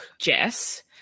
Jess